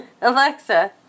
Alexa